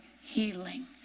healing